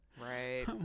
Right